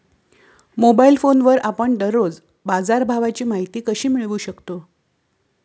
Mobile फोनवर आपण दररोज बाजारभावाची माहिती कशी मिळवू शकतो?